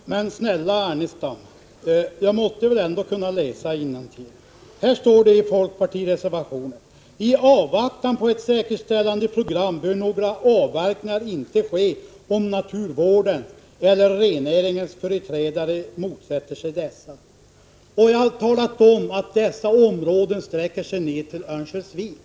Fru talman! Men snälla Ernestam, jag måtte väl ändå kunna läsa innantill! Det står i folkpartireservationen: ”I avvaktan på ett säkerställandeprogram bör några avverkningar inte ske om naturvårdens eller rennäringens företrädare motsätter sig dessa.” Jag har talat om att de områden detta gäller sträcker sig ned till Örnsköldsvik.